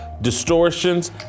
distortions